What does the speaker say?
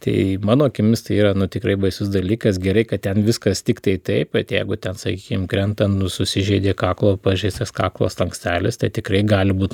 tai mano akimis tai yra tikrai baisus dalykas gerai kad ten viskas tiktai taip bet jeigu ten sakykim krentant nu susižeidė kaklo pažeistas kaklo slankstelis tad tikrai gali būt